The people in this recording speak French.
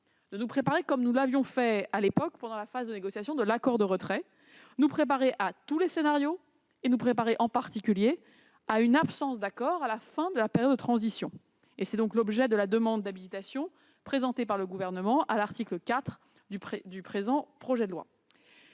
de nous préparer, comme nous l'avions fait pendant la phase de négociation de l'accord de retrait, à tous les scénarios et en particulier à une absence d'accord à la fin de la période de transition. Tel est l'objet de la demande d'habilitation présentée par le Gouvernement à l'article 4 du présent projet de loi.